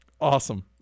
awesome